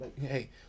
hey